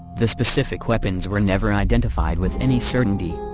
the specific weapons were never identified with any certainty.